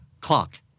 Clock